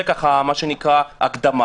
זה הקדמה.